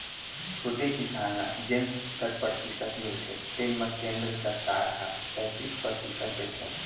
छोटे किसान ल जेन सत्तर परतिसत मिलथे तेन म केंद्र सरकार ह तैतीस परतिसत देथे